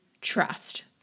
Trust